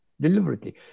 Deliberately